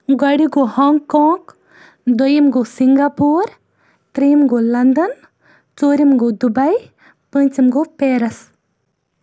گۄڈٕ گوٚو Hong Kong دۄیِم گوٚو سِنگاپوٗر ترٛیٚیِم گوٚو لَندَن ژوٗرِم گوٚو دُبٔے پوٗنژِم گوٚو پیرَس